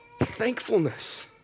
Thankfulness